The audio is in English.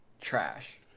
trash